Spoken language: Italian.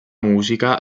musica